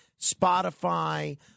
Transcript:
Spotify